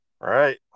Right